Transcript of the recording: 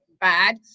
bad